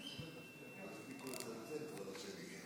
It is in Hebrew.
הצעת ועדת החוקה,